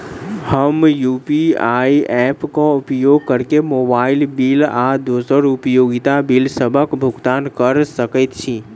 हम UPI app क उपयोग करके मोबाइल बिल आ दोसर उपयोगिता बिलसबक भुगतान कर सकइत छि